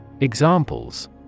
Examples